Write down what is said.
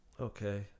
Okay